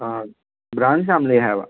branch ꯌꯥꯝ ꯂꯩ ꯍꯥꯏꯌꯦꯕ